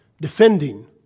defending